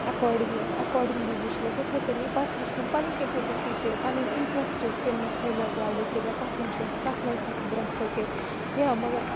according accordingly وٕچھ مےٚ تِتھٕے کٔنی پَتہٕ وٕچھ مےٚ پَنٕنۍ کیٚپَبلٹی تہِ پَنٕنۍ اِنٹرَسٹٕز تِم تھٲے مےٚ گۄڈٕ کہِ مےٚ کَتھ منٛز چھِ کَتھ منٛز ہیٚکہِ برونٛہہ پٔکِتھ یا مَگر